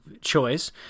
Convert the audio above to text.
choice